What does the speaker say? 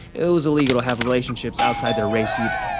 it was illegal to have relationships outside their race, either.